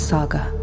Saga